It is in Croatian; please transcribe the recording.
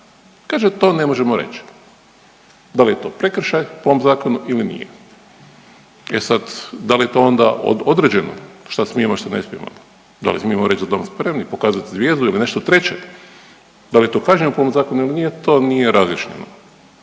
kaže to ne možemo reći da li je to prekršaj po ovom zakonu ili nije. E sad, da li je to onda određeno šta smijemo, šta ne smijemo, da li smijemo reći „Za dom spremni“, pokazat zvijezdu ili nešto treće, da li je to kažnjivo po ovom zakonu ili nije to nije razriješeno.